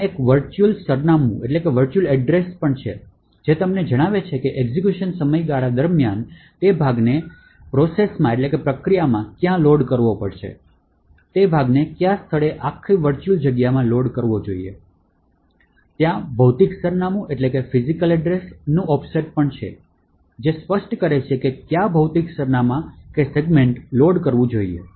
ત્યાં એક વર્ચુઅલ સરનામું પ્રવેશ છે જે તમને જણાવે છે કે એક્ઝેક્યુશન સમય દરમિયાન તે ભાગને પ્રક્રિયામાં ક્યાં લોડ કરવો પડશે તે ભાગને કયા સ્થળે આખી વર્ચુઅલ જગ્યામાં લોડ કરવો જોઈએ ત્યાં ભૌતિક સરનામું ઑફસેટ પણ છે જે સ્પષ્ટ કરે છે ક્યા ભૌતિક સરનામું કે સેગમેન્ટ લોડ કરવું જોઈએ